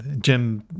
Jim